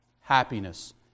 Happiness